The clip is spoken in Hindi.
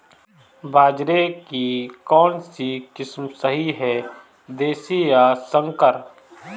बाजरे की कौनसी किस्म सही हैं देशी या संकर?